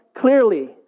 clearly